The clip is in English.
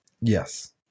Yes